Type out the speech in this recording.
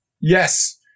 Yes